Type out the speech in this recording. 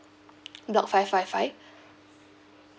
block five five five